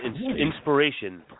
Inspiration